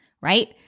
right